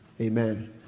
Amen